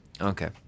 Okay